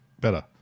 better